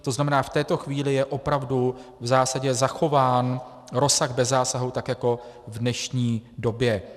To znamená, v této chvíli je opravdu v zásadě zachován rozsah bez zásahu tak jako v dnešní době.